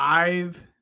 Five